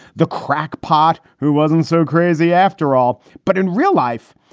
the crackpot who wasn't so crazy after all. but in real life,